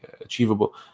achievable